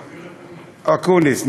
אופיר אקוניס.